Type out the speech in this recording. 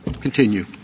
continue